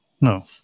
no